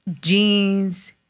jeans